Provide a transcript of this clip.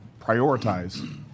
prioritize